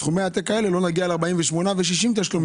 סכומי עתק האלה לא נגיע ל-48 ו-60 תשלומים.